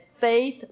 faith